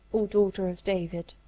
o daughter of david!